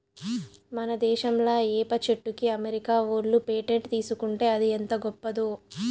మన దేశంలా ఏప చెట్టుకి అమెరికా ఓళ్ళు పేటెంట్ తీసుకుంటే అది ఎంత గొప్పదో